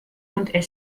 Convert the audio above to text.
und